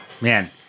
man